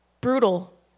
brutal